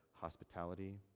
hospitality